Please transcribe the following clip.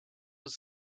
was